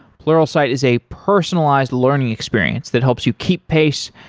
pluralsight is a personalized learning experience that helps you keep pace.